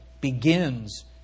begins